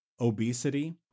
obesity